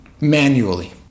manually